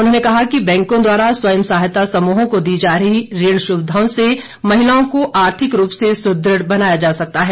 उन्होंने कहा कि बैंकों द्वारा स्वयं सहायता समूहों को दी जा रही ऋण सुविधाओं से महिलाओं को आर्थिक रूप से सुदृढ़ बनाया जा सकता है